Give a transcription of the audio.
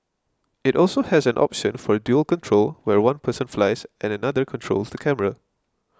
it also has an option for dual control where one person flies and another controls the camera